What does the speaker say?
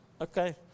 Okay